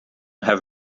have